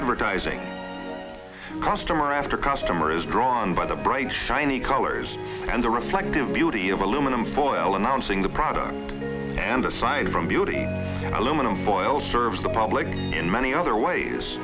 advertising customer after customer is drawn by the bright shiny colors and the reflective beauty of aluminum foil announcing the product and aside from beauty aluminum foil serves the public in many other ways